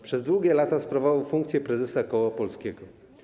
Przez długie lata sprawował funkcję prezesa Koła Polskiego.